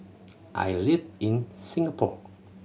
I live in Singapore